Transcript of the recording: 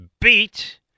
beat